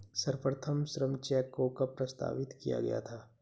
सर्वप्रथम श्रम चेक को कब प्रस्तावित किया गया था?